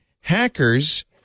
hackers